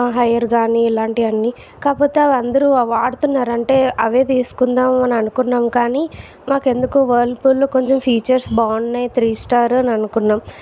ఆ హైయర్ కానీ ఇలాంటియన్ని కాకపోతే అవి అందరూ వాడుతున్నారు అంటే అవే తీసుకుందాం అని అనుకున్నాం కానీ మాకు ఎందుకు వర్ల్పూల్ లో కొంచం ఫీచర్స్ బాగున్నాయి త్రీ స్టార్ అని అనుకున్నాం